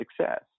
success